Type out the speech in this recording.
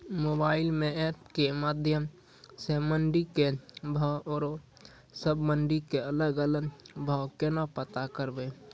Mobile म app के माध्यम सऽ मंडी के भाव औरो सब मंडी के अलग अलग भाव केना पता करबै?